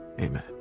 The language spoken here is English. amen